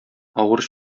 авыр